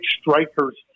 strikers